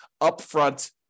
upfront